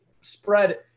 spread